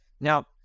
Now